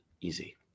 easy